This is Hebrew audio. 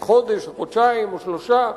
עוד חודש או חודשיים או שלושה,